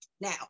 now